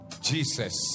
Jesus